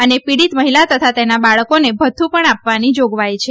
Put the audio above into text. અને પીડિત મહિલા તથા તેના બાળકોને ભથ્થુ પણ આપવાની જાગવાઇ છે